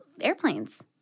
airplanes